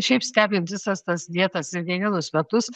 šiaip stebint visas tas dietas ir ne vienus metus